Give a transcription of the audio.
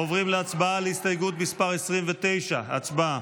עוברים להצבעה על הסתייגות מס' 29. הצבעה.